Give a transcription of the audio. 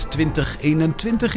2021